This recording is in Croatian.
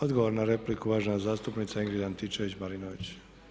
Odgovor na repliku uvažena zastupnica Ingrid Antičević Marinović.